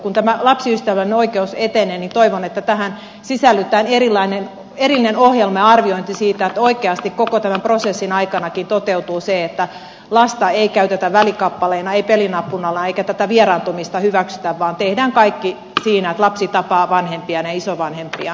kun tämä lapsiystävällinen oikeus etenee niin toivon että tähän sisällytetään erillinen ohjelma ja arviointi siitä että oikeasti koko tämän prosessin aikanakin toteutuu se että lasta ei käytetä välikappaleena ei pelinappulana eikä tätä vieraantumista hyväksytä vaan tehdään kaikki siinä että lapsi tapaa vanhempiaan ja isovanhempiaan